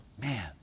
Man